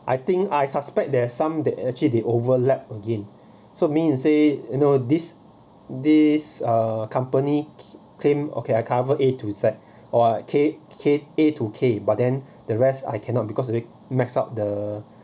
I think I suspect there's some that actually they overlap again so mean you say you know this this err company claim okay I cover A to Z or uh K K A to K but then the rest I cannot because they mess up the